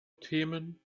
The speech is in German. themen